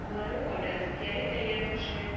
મારો ઑડર ક્યારે તૈયાર થશે